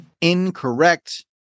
incorrect